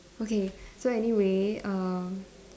okay so anyway uh